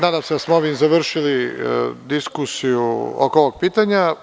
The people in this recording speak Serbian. Nadam se da smo ovim završili diskusiju oko ovog pitanja.